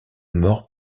mort